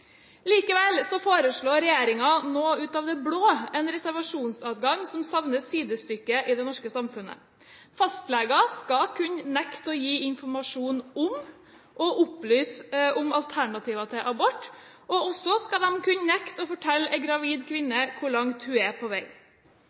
foreslår regjeringen nå ut av det blå en reservasjonsadgang som savner sidestykke i det norske samfunnet. Fastleger skal kunne nekte å gi informasjon om og opplyse om alternativer til abort. De skal også kunne nekte å fortelle en gravid kvinne hvor langt hun er på vei.